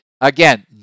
again